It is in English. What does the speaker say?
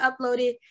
uploaded